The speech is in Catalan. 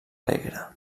alegre